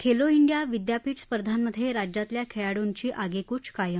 Khelo India विद्यापीठ स्पर्धामध्ये राज्यातल्या खेळांडूची आगेकूच कायम